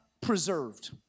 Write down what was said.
preserved